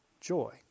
joy